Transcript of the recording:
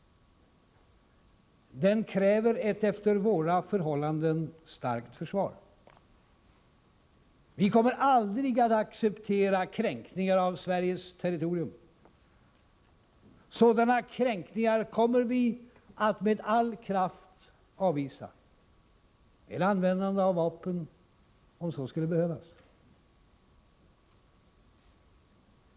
Den kräver ett efter våra förhållanden starkt försvar. Vi kommer aldrig att acceptera kränkningar av Sveriges territorium. Sådana kränkningar kommer vi att med all kraft avvisa — med användande av vapen om så skulle behövas.